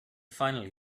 finally